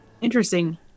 interesting